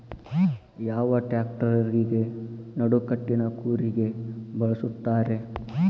ಯಾವ ಟ್ರ್ಯಾಕ್ಟರಗೆ ನಡಕಟ್ಟಿನ ಕೂರಿಗೆ ಬಳಸುತ್ತಾರೆ?